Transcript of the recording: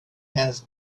has